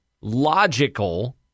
logical